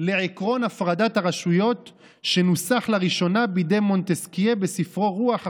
לעקרון הפרדת הרשויות שנוסח לראשונה בידי מונטסקיה בספרו "רוח החוקים"